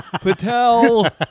Patel